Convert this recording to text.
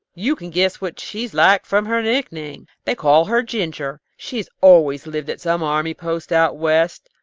you can guess what's she like from her nickname. they call her ginger. she had always lived at some army post out west,